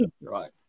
Right